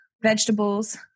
vegetables